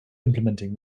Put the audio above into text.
implementing